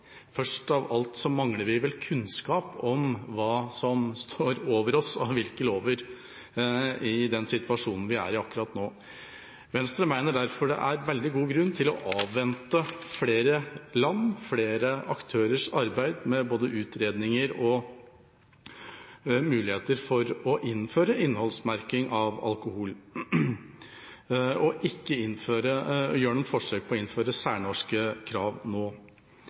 først av alt mangler vi vel kunnskap om hva som står over oss av hvilke lover i den situasjonen vi er i akkurat nå. Venstre mener derfor det er veldig god grunn til å avvente flere land og flere aktørers arbeid med både utredninger og muligheter for å innføre innholdsmerking av alkohol og ikke gjøre noe forsøk på å innføre særnorske krav nå.